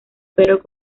pero